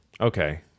Okay